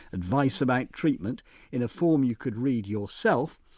advice about treatment in a form you could read yourself,